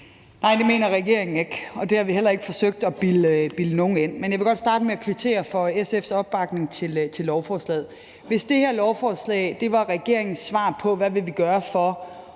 Nej, det mener regeringen ikke, og det har vi heller ikke forsøgt at bilde nogen ind. Men jeg vil godt starte med at kvittere for SF's opbakning til lovforslaget. Hvis det her lovforslag var regeringens svar på, hvad vi vil gøre for